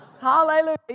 Hallelujah